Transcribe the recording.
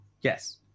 yes